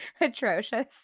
atrocious